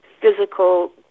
physical